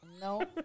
No